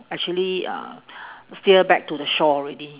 actually uh sail back to the shore already